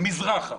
מזרחה.